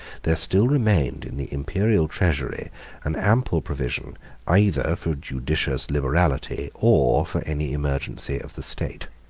there still remained in the imperial treasury an ample provision either for judicious liberality or for any emergency of the state.